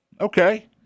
okay